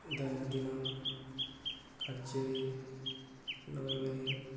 ଦୈନନ୍ଦିନ କାର୍ଯ୍ୟରେ ଲଗାଇବାରେ